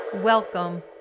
Welcome